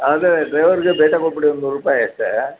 ಅದೇ ಡ್ರೈವರ್ಗೆ ಬೇಟ ಕೊಟ್ಬಿಡಿ ಒಂದು ನೂರು ರೂಪಾಯಿ ಅಷ್ಟೇ